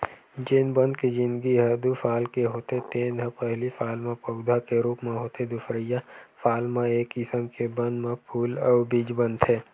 जेन बन के जिनगी ह दू साल के होथे तेन ह पहिली साल म पउधा के रूप म होथे दुसरइया साल म ए किसम के बन म फूल अउ बीज बनथे